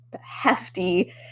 hefty